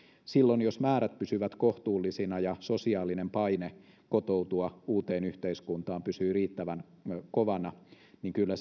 silloin jos määrät pysyvät kohtuullisina ja sosiaalinen paine kotoutua uuteen yhteiskuntaan pysyy riittävän kovana niin kyllä